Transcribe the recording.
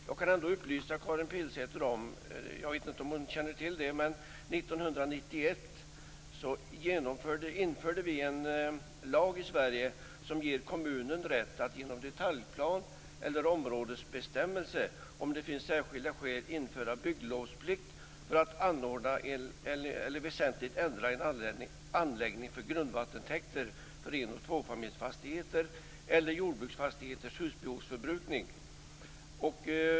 Jag kan ändå upplysa Karin Pilsäter - jag vet inte om hon känner till det - om att det 1991 infördes en lag i Sverige som ger kommunen rätt att genom detaljplan eller områdesbestämmelse, om det finns särskilda skäl, införa bygglovsplikt för att anordna eller väsentligt ändra en anläggning för grundvattentäkter för en och tvåfamiljsfastigheter eller för jordbruksfastigheters husbehovsförbrukning.